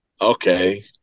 okay